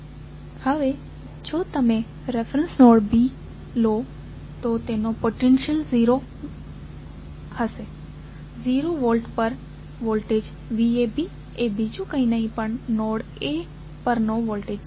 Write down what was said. હવે જો તમે રેફેરેંસ નોડ તરીકે B લો તો તેનો પોટેન્સિઅલ 0 ડિગ્રી પર હોઇ શકે છે તો 0 વોલ્ટ પર વોલ્ટેજ VAB એ બીજુ કઇ નહી પણ નોડ A પરનો વોલ્ટેજ છે